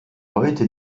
heute